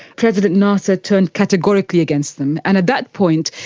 president nasser turned categorically against them. and at that point,